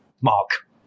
mark